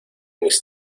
mis